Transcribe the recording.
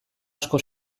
asko